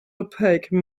opaque